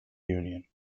union